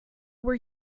were